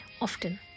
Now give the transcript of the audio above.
often